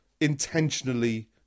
intentionally